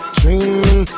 dreaming